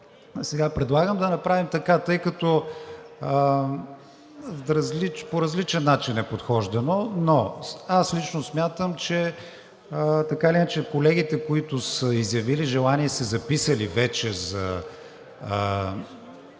Предлагам да направим така, тъй като по различен начин е подхождано, но аз лично смятам, че така или иначе колегите, които са изявили желание и са се записали вече за